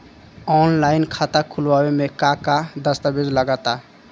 Online खाता खूलावे म का का दस्तावेज लगा ता?